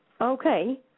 Okay